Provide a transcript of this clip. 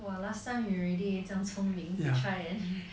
!wah! last time you already 这样聪明 to try and